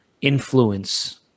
influence